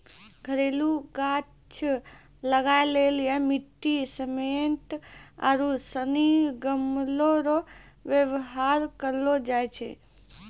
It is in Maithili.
घरेलू गाछ लगाय लेली मिट्टी, सिमेन्ट आरू सनी गमलो रो वेवहार करलो जाय छै